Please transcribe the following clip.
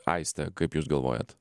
aiste kaip jūs galvojat